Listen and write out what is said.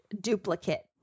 duplicate